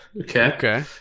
Okay